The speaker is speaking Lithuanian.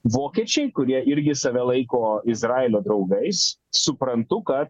vokiečiai kurie irgi save laiko izraelio draugais suprantu kad